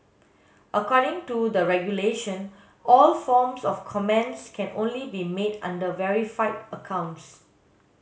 according to the regulation all forms of comments can only be made under verified accounts